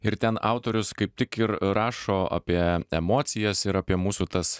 ir ten autorius kaip tik ir rašo apie emocijas ir apie mūsų tas